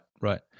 right